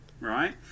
right